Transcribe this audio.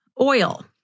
oil